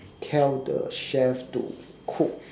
tell the chef to cook